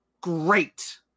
great